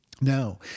now